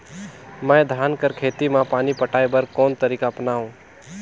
मैं धान कर खेती म पानी पटाय बर कोन तरीका अपनावो?